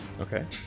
Okay